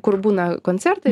kur būna koncertai